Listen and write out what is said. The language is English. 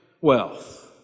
wealth